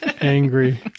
angry